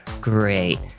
great